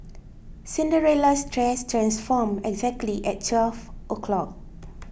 Cinderella's dress transformed exactly at twelve o'clock